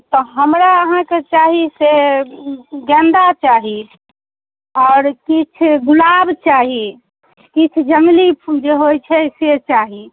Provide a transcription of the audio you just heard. तऽ हमरा अहाँके चाही से गेन्दा चाही आओर किछु गुलाब चाही किछु जङ्गली फूल जे होइ छै से चाही